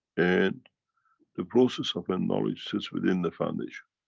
and the process of our knowledge sits within the foundation.